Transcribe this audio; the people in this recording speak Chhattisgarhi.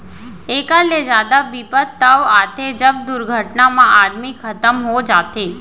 एकर ले जादा बिपत तव आथे जब दुरघटना म आदमी खतम हो जाथे